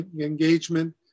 engagement